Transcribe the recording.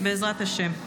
בעזרת השם.